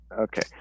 Okay